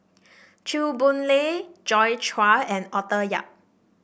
Chew Boon Lay Joi Chua and Arthur Yap